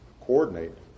coordinate